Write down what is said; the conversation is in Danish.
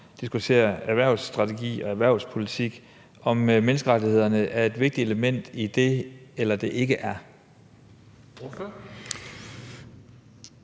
diskuterer erhvervsstrategi og erhvervspolitik, altså om menneskerettighederne er et vigtigt element i det eller ikke er